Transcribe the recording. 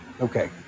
Okay